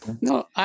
No